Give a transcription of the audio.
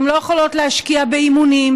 והן לא יכולות להשקיע באימונים,